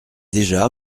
déjà